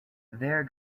there